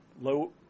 low